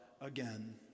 again